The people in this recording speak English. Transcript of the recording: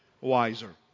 wiser